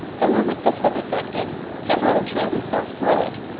the moment this was effected peveril drew himself through it,